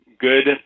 good